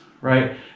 right